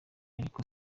ariko